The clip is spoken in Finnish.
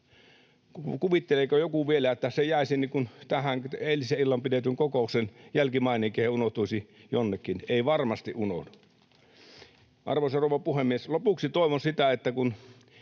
Kuvitteleeko joku vielä, että se jäisi tähän, eilisenä iltana pidetyn kokouksen jälkimaininki unohtuisi jonnekin? Ei varmasti unohdu. Arvoisa rouva puhemies! Lopuksi toivon sitä, että kun